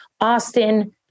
Austin